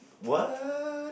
what